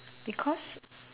because